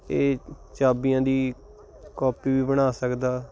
ਇਹ ਚਾਬੀਆਂ ਦੀ ਕੋਪੀ ਵੀ ਬਣਾ ਸਕਦਾ